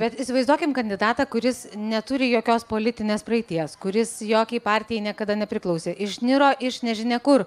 bet įsivaizduokim kandidatą kuris neturi jokios politinės praeities kuris jokiai partijai niekada nepriklausė išniro iš nežinia kur